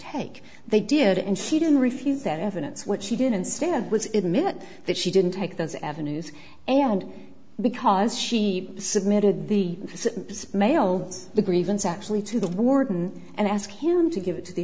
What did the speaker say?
take they did and she didn't refuse that evidence what she did instead was in a minute that she didn't take those avenues and because she submitted the mail the grievance actually to the warden and ask him to give it to the